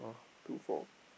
two four